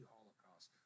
Holocaust